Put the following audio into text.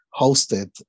hosted